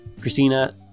Christina